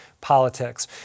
politics